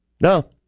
no